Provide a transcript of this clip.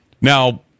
now